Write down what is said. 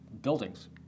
buildings